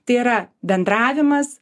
tai yra bendravimas